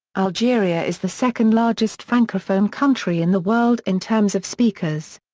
algeria is the second largest francophone country in the world in terms of speakers.